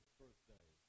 birthday